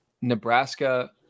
Nebraska